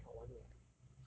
disable 才好玩 [what]